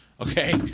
Okay